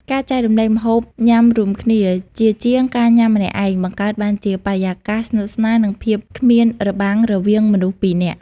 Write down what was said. ការចែករំលែកម្ហូបញ៉ាំរួមគ្នា ជាជាងការញ៉ាំម្នាក់ឯង បង្កើតបានជាបរិយាកាសស្និទ្ធស្នាល និងភាពគ្មានរបាំងរវាងមនុស្សពីរនាក់។